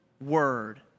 word